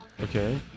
Okay